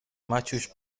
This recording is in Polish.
maciuś